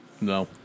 No